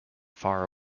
far